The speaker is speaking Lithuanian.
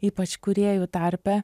ypač kūrėjų tarpe